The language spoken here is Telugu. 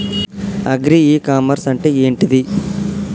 అగ్రి ఇ కామర్స్ అంటే ఏంటిది?